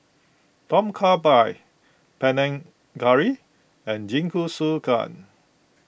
Tom Kha Gai Panang Curry and Jingisukan